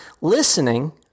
Listening